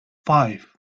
five